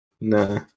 Nah